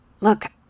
Look